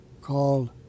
called